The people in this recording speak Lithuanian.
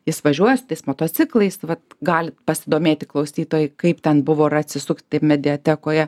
jis važiuoja su tais motociklais tai vat galit pasidomėti klausytojai kaip ten buvo ir atsisukti mediatekoje